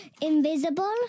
invisible